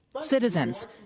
Citizens